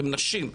הן נשים,